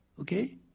Okay